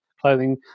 clothing